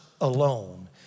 Alone